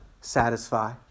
satisfy